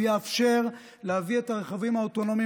הוא יאפשר להביא את הרכבים האוטונומיים